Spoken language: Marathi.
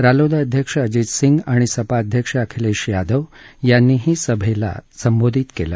रालोद अध्यक्ष अजित सिंग आणि सपा अध्यक्ष अखिलेश यादव यांनीही सभेला संबोधित केलं